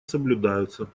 соблюдаются